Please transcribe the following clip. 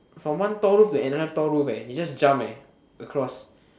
from one tall roof to another tall roof eh he just jump eh across